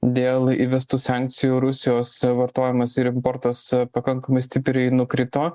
dėl įvestų sankcijų rusijos vartojimas ir importas pakankamai stipriai nukrito